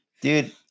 Dude